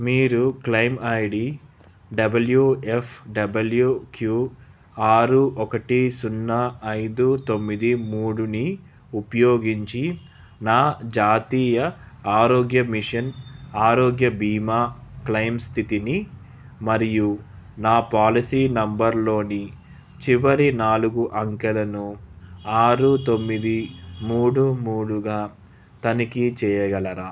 మీరు claim I D W F W Q ఆరు ఒకటి సున్నా ఐదు తొమ్మిది మూడుని ఉపయోగించి నా జాతీయ ఆరోగ్య మిషన్ ఆరోగ్య బీమా క్లెయిమ్ స్థితిని మరియు నా పాలసీ నెంబర్లోని చివరి నాలుగు అంకెలను ఆరు తొమ్మిది మూడు మూడుగా తనిఖీ చేయగలరా